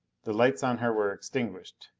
the lights on her were extinguished.